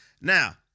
Now